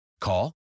Call